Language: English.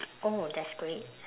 oh that's great